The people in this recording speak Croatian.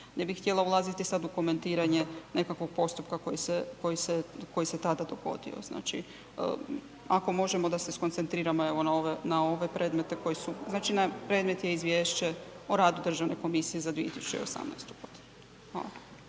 Ne bi htjela ulaziti sad u komentiranje nekakvog postupka koji se, koji se, koji se tada dogodio, znači ako možemo da se skoncentriramo evo na ove, na ove predmete koji su, znači predmet je izvješće o radu državne komisije za 2018.g.